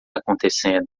acontecendo